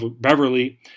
Beverly